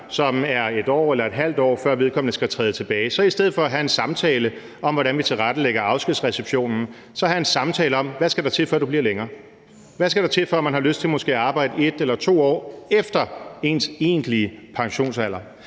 som er 1 år eller ½ år fra at skulle træde tilbage, så i stedet for at have en samtale om, hvordan man tilrettelægger afskedsreceptionen, så har en samtale om, hvad der skal til for, at vedkommende bliver længere. Hvad skal der til for, at man har lyst til at arbejde måske 1 eller 2 år efter ens egentlige pensionsalder?